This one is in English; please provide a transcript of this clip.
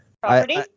property